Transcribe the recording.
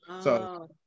so-